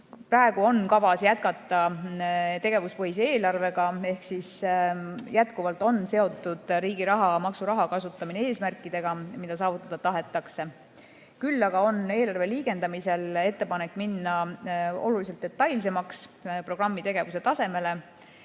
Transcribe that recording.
Praegu on kavas jätkata tegevuspõhise eelarvega, ehk jätkuvalt on riigi raha, maksuraha kasutamine seotud eesmärkidega, mida saavutada tahetakse. Küll aga on ettepanek eelarve liigendamisel minna oluliselt detailsemaks, programmi tegevuse tasemele.